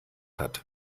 hat